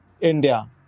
India